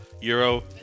Euro